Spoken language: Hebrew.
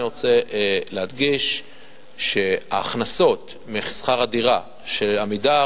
אני רוצה להדגיש שההכנסות משכר הדירה של "עמידר"